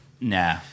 Nah